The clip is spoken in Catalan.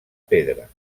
pedra